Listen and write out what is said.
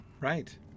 Right